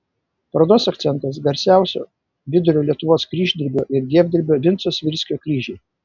parodos akcentas garsiausio vidurio lietuvos kryždirbio ir dievdirbio vinco svirskio kryžiai